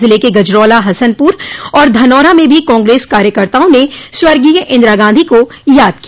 ज़िले के गजरौला हसनपुर और धनौरा में भी कांग्रेस कार्यकर्ताओं ने स्वर्गीय इंदिरा गांधी को याद किया